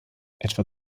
etwa